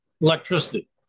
electricity